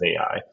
AI